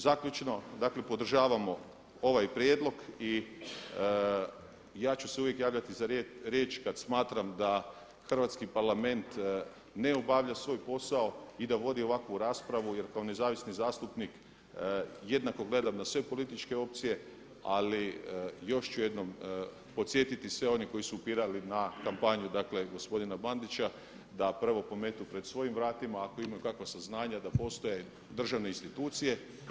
Zaključno, dakle podržavamo ova prijedlog i ja ću se uvijek javljati za riječ kada smatram da Hrvatski parlament ne obavlja svoj posao i da vodi ovakvu raspravu jer kao nezavisni zastupnik jednako gledam na sve političke opcije ali još ću jednom podsjeti sve one koji su upirali na kampanju dakle gospodina Bandića da prvo pometu pred svojim vratima ako imaju kakva saznanja da postoje državne institucije.